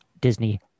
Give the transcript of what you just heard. Disney